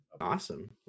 Awesome